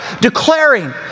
declaring